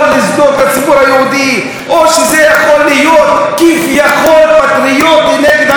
היהודי או שזה יכול להיות כביכול פטריוטי נגד המדינה.